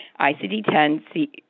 ICD-10